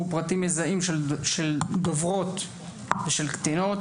פרטים מזהים של דוברות ושל קטינות,